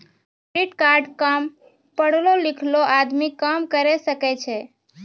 Credit card काम पढलो लिखलो आदमी उपयोग करे सकय छै?